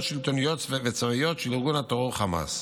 שלטוניות וצבאיות של ארגון הטרור חמאס.